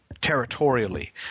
territorially